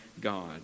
God